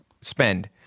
spend